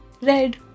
Red